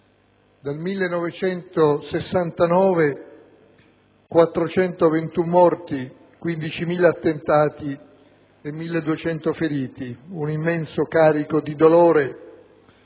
dal 1969, 421 morti, 15.000 attentati e 1.200 feriti; un immenso carico di dolore